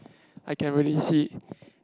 I can really see